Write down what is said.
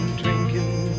drinking